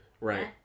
Right